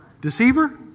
deceiver